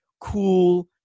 cool